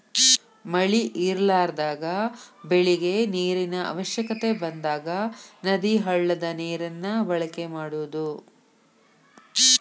ಮಳಿ ಇರಲಾರದಾಗ ಬೆಳಿಗೆ ನೇರಿನ ಅವಶ್ಯಕತೆ ಬಂದಾಗ ನದಿ, ಹಳ್ಳದ ನೇರನ್ನ ಬಳಕೆ ಮಾಡುದು